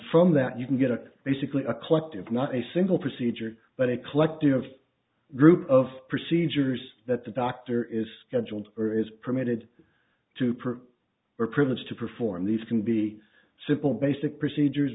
from that you can get a basically a collective not a single procedure but a collective group of procedures that the doctor is scheduled or is permitted to prove or privileged to perform these can be simple basic procedures